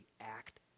act